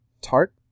tart